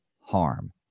harm